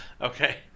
Okay